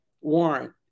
warrant